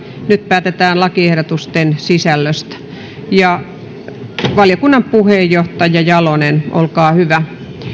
nyt päätetään lakiehdotusten sisällöstä valiokunnan puheenjohtaja jalonen olkaa hyvä